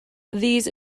these